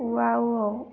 wow